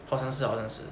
好像是好像是